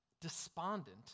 Despondent